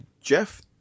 Jeff